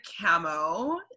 camo